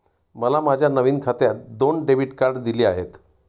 मला माझ्या नवीन खात्यात दोन डेबिट कार्डे दिली आहेत